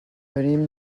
venim